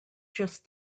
just